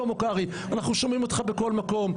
שלמה קרעי, אנחנו שומעים אותך בכל מקום.